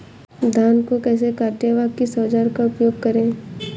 धान को कैसे काटे व किस औजार का उपयोग करें?